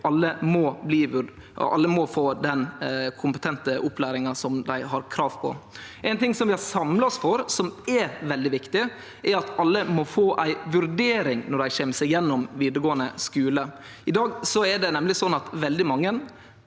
Alle må få den kompetente opplæringa som dei har krav på. Ein ting som vi har samla oss om, som er veldig viktig, er at alle må få ei vurdering når dei kjem seg gjennom vidaregåande skule. I dag er det nemleg slik at veldig mange